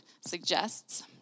suggests